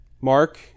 Mark